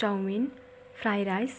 chowmein fry rice